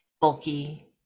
bulky